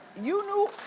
you knew